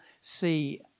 see